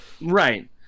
Right